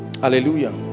Hallelujah